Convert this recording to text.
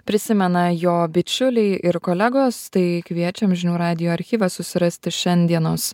prisimena jo bičiuliai ir kolegos tai kviečiam žinių radijo archyvas susirasti šiandienos